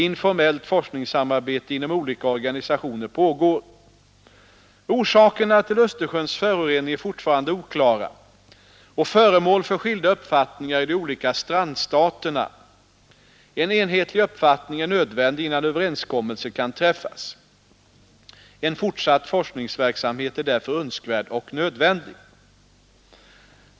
Informellt forskningssamarbete inom olika organisationer pågår. Orsakerna till Östersjöns förorening är fortfarande oklara och föremål för skilda uppfattningar i de olika strandstaterna. En enhetlig uppfattning är nödvändig innan överenskommelser kan träffas. En fortsatt forskningssamverkan är därför önskvärd och nödvändig.